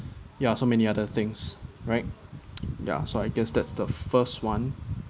ya so many other things right ya so I guess that's the first one